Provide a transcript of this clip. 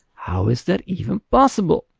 how is that even possible?